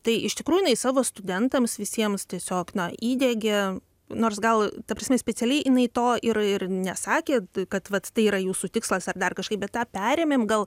tai iš tikrųjų jinai savo studentams visiems tiesiog na įdiegė nors gal ta prasme specialiai jinai to ir ir nesakė kad vat tai yra jūsų tikslas ar dar kažkaip bet tą perėmėm gal